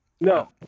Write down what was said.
No